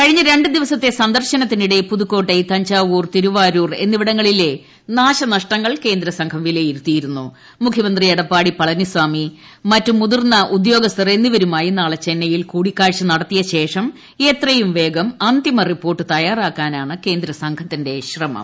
കഴിഞ്ഞ രണ്ട് ദിവസത്തെ സന്ദർശനത്തിനിടെ പുതുകോട്ടൈ തഞ്ചാവൂർ തിരുവാരൂർ എന്നിവിടങ്ങളിലെ നാശനഷ്ടങ്ങൾ കേന്ദ്രസംഘം വിലയിരുത്തിയിരുന്നു പ്രസ്ത്മുഖ്യമന്ത്രി എടപ്പാടി പളനിസാമി മറ്റ് മുതിർന്ന ഉദ്ദ്യോഗ്സ്ഥർ എന്നിവരുമായി നാളെ ചെന്നൈയിൽ കൂടിക്കാഴ്ച നടത്തിയ ശേഷം എത്രയും വേഗം അന്തിമ റിപ്പോർട്ട് തയ്യാറാക്ക്ട്കാണ് കേന്ദ്ര സംഘത്തിന്റെ ശ്രമം